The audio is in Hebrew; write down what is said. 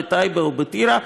בטייבה או בטירה,